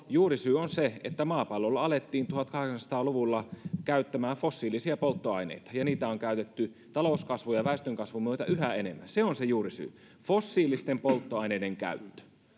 juurisyy on se että maapallolla alettiin tuhatkahdeksansataa luvulla käyttämään fossiilisia polttoaineita ja niitä on käytetty talouskasvun ja väestönkasvun myötä yhä enemmän se on se juurisyy fossiilisten polttoaineiden käyttö